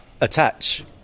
attach